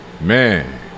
man